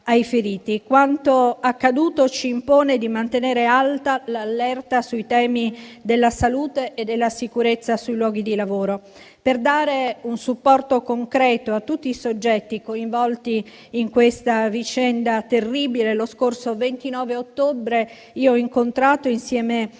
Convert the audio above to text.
ai feriti. Quanto accaduto ci impone di mantenere alta l'allerta sui temi della salute e della sicurezza sui luoghi di lavoro. Per dare un supporto concreto a tutti i soggetti coinvolti in questa vicenda terribile, lo scorso 29 ottobre ho incontrato, insieme